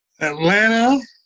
Atlanta